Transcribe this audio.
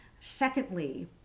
Secondly